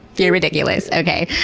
you're ridiculous, okay.